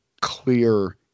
clear